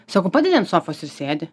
sako padedi ant sofos ir sėdi